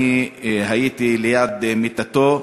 ואני הייתי ליד מיטתו.